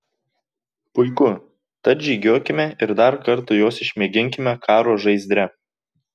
puiku tad žygiuokime ir dar kartą juos išmėginkime karo žaizdre